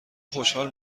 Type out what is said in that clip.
خوشحال